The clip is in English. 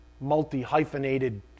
multi-hyphenated